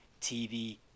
TV